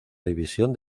división